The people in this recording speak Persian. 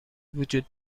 وجود